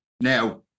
Now